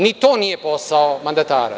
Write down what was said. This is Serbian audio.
Ni to nije posao mandatara.